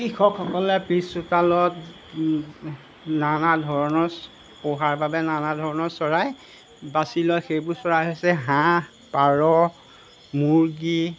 কৃষকসকলে পিছচোতালত নানা ধৰণৰ পোহাৰ বাবে নানা ধৰণৰ চৰাই বাচি লয় সেইবোৰ চৰাই হৈছে হাঁহ পাৰ মুৰ্গী